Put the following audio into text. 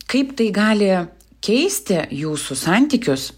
kaip tai gali keisti jūsų santykius